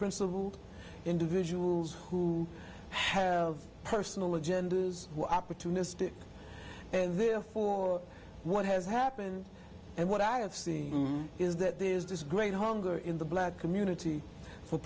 principled individuals who have personal agendas were opportunistic and therefore what has happened and what i have seen is that there is this great hunger in the black community for